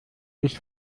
ich